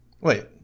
Wait